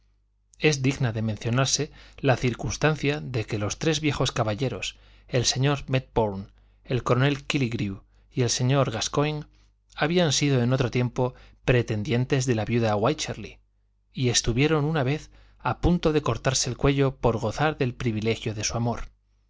es digna de mencionarse la circunstancia de que los tres viejos caballeros el señor médbourne el coronel kílligrew y el señor gascoigne habían sido en otro tiempo pretendientes de la viuda wycherly y estuvieron una vez a punto de cortarse el cuello por gozar del privilegio de su amor